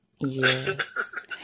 Yes